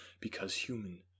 because-human